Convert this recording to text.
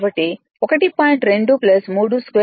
కాబట్టి R1 1